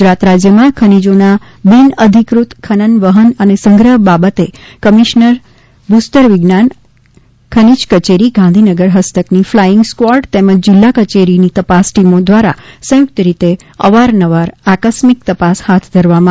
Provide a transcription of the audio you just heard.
ગુજરાત રાજ્યમાં ખનીજોના બિનઅધિકૃત ખનન વહન અને સંગ્રહ બાબતે કમિશનરશ્રી ભૂસ્તર વિજ્ઞાન અને ખનીજ કચેરી ગાંધીનગર હસ્તકની ફલાઇંગ સ્કવોર્ડ તેમજ જીલ્લાકચેરીની તપાસ ટીમો દ્વારા સંયુક્ત રીતે અવારનવાર આકસ્મિક તપાસ હાથ ધરવામાં આવતીહોય છે